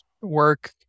work